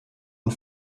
und